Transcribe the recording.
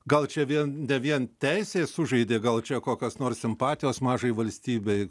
gal čia vien ne vien teisė sužaidė gal čia kokios nors simpatijos mažai valstybei